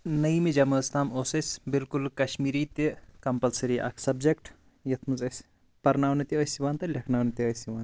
نٔیمہِ جمٲژ تام اوس اسہِ بِالکُل کَشمیٖری تہِ کَمپَلسٕری اَکھ سَبجٮ۪کٹ یَتھ منٛز اسہِ پرناونہٕ تہِ ٲسۍ یِوان تہٕ لیکھناونہٕ تہِ ٲسۍ یِوان